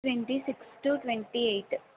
twenty six to twenty eighth